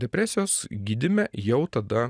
depresijos gydyme jau tada